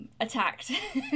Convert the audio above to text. Attacked